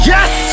Yes